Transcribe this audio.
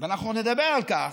אנחנו נדבר על כך.